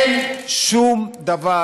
אין שום דבר